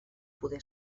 poder